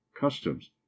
customs